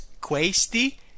questi